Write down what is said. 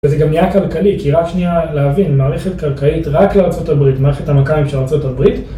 וזה גם נהיה כלכלי, כי רק שנייה להבין, מערכת כלכלית רק לארצות הברית, מערכת המנכלים של ארצות הברית.